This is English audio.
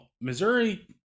Missouri